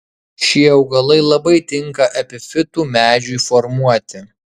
šie augalai labai tinka epifitų medžiui formuoti